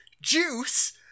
Juice